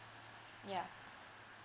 ya